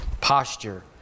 posture